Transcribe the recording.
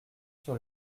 sur